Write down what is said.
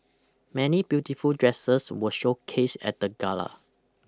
many beautiful dresses were showcased at the gala